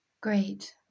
Great